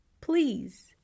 Please